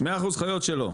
100% חיות שלו,